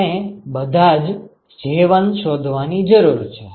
આપણે બધાજ Ji શોધવાની જરૂર છે